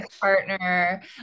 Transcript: partner